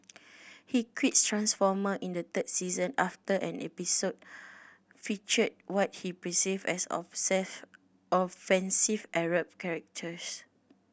he quit Transformer in the third season after an episode featured what he perceived as offensive Arab caricatures